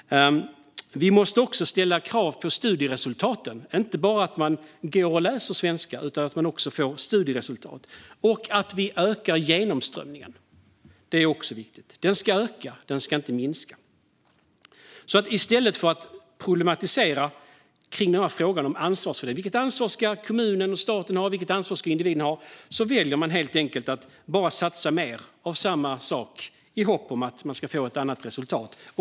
Vi måste också ställa krav på studieresultaten. Det räcker inte med att man bara går och läser svenska, utan man måste också få studieresultat. Vi måste också öka genomströmningen. Det är också viktigt. Den ska öka, inte minska. Men i stället för att problematisera kring frågan om ansvaret - vilket ansvar kommunen och staten ska ha och vilket ansvar individen ska ha - väljer man att helt enkelt bara satsa på mer av samma sak, i hopp om att få ett annat resultat.